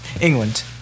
England